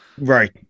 Right